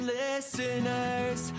listeners